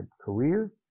career